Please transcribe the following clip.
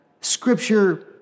Scripture